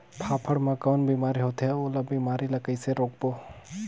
फाफण मा कौन बीमारी होथे अउ ओला बीमारी ला कइसे रोकबो?